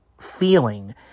feeling